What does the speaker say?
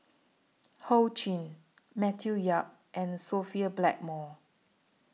Ho Ching Matthew Yap and Sophia Blackmore